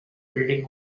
building